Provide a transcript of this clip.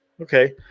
Okay